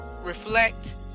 reflect